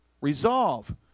Resolve